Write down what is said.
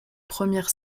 premières